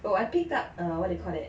oh I think that err what do you call it